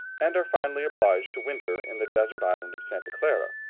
and are finally obliged to winter in the desert island of santa clara.